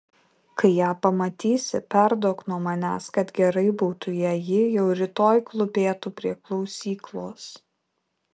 kai ją pamatysi perduok nuo manęs kad gerai būtų jei ji jau rytoj klūpėtų prie klausyklos